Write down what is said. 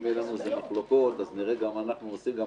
אם אין לנו מחלוקות אז נחליט מה עושים אם